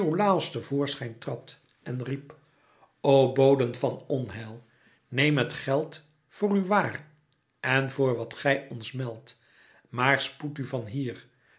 te voorschijn trad en riep o boden van onheil neemt het geld voor uw waar en voor wat gij ons meldt maar spoedt u van hier